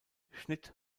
schnitt